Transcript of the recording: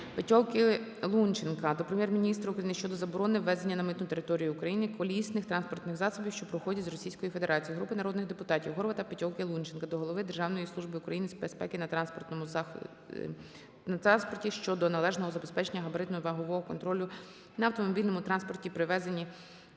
Петьовки, Лунченка) до Прем'єр-міністра України щодо заборони ввезення на митну територію України колісних транспортних засобів, що походять з Російської Федерації. Групи народних депутатів (Горвата, Петьовки, Лунченка) до голови Державної служби України з безпеки на транспорті щодо належного забезпечення габаритно-вагового контролю на автомобільному транспорті при перевезенні